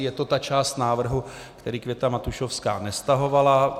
Je to ta část návrhu, který Květa Matušovská nestahovala.